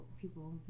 people